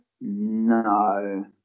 No